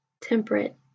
temperate